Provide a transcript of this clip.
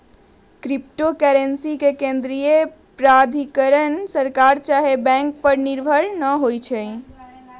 crypto currency के केंद्रीय प्राधिकरण सरकार चाहे बैंक पर निर्भर न होइ छइ